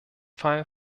fall